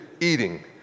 eating